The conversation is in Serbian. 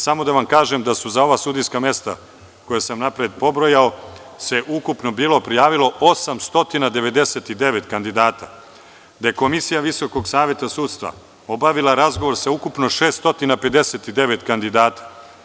Samo da vam kažem da su za ova sudijska mesta koja sam napred pobrojao se ukupno bilo prijavilo 899 kandidata, da je komisija VSS obavila razgovor sa ukupno 659 kandidata.